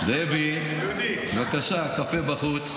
--- דבי, דבי, בבקשה, קפה בחוץ.